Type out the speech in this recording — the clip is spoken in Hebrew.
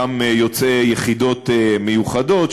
גם יוצאי יחידות מיוחדות,